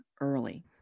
early